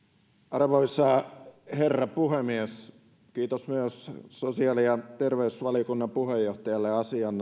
arvoisa herra puhemies kiitos myös sosiaali ja terveysvaliokunnan puheenjohtajalle